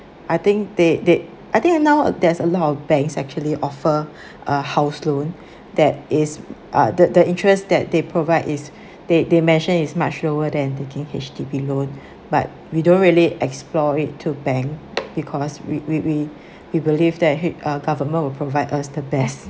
I think they they I think now there's a lot of banks actually offer uh house loan that is uh the the interest that they provide is they they mentioned is much lower than taking H_D_B loan but we don't really explore it to bank because we we we we believe that hea~ uh government will provide us the best